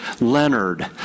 Leonard